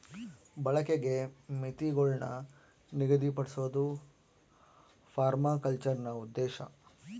ಬಳಕೆಗೆ ಮಿತಿಗುಳ್ನ ನಿಗದಿಪಡ್ಸೋದು ಪರ್ಮಾಕಲ್ಚರ್ನ ಉದ್ದೇಶ